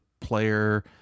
player